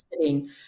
sitting